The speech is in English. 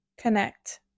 connect